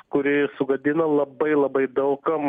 kuri sugadina labai labai daug kam